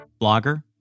blogger